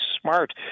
smart